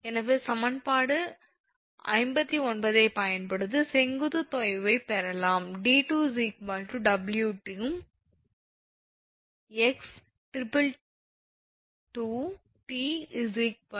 எனவே சமன்பாடு 59 ஐப் பயன்படுத்தி செங்குத்து தொய்வைப் பெறலாம் 𝑑2 𝑊𝑇𝑥222𝑇 2